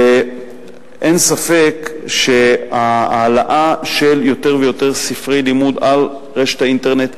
ואין ספק שהעלאה של יותר ויותר ספרי לימוד לרשת האינטרנט,